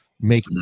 make